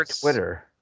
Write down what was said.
Twitter